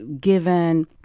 given